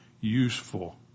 useful